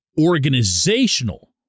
organizational